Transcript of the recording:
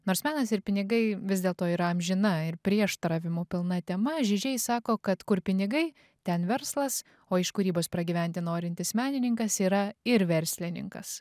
nors menas ir pinigai vis dėlto yra amžina ir prieštaravimų pilna tema žižiai sako kad kur pinigai ten verslas o iš kūrybos pragyventi norintis menininkas yra ir verslininkas